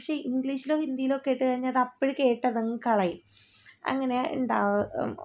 ഇംഗ്ലീഷിലോ ഹിന്ദിയിലോ കേട്ടു കഴിഞ്ഞാൽ അത് അപ്പോൾ കേട്ട് അതങ്ങു കളയും അങ്ങനെ ഉണ്ടാവ്